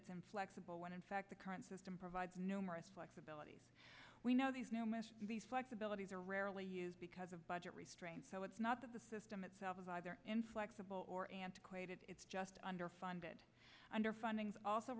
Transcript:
it's inflexible when in fact the current system provides numerous flexibility we know these abilities are rarely used because of budget restraints so it's not that the system itself is either inflexible or antiquated it's just underfunded underfunding is also